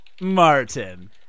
Martin